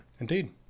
indeed